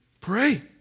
Pray